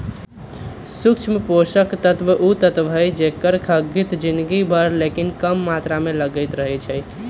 सूक्ष्म पोषक तत्व उ तत्व हइ जेकर खग्गित जिनगी भर लेकिन कम मात्र में लगइत रहै छइ